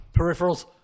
peripherals